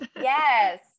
Yes